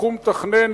לקחו מתכנן,